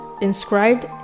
inscribed